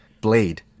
Blade